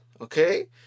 Okay